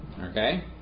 Okay